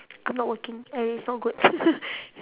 I'm not working and it's not good